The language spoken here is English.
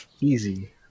Easy